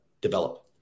develop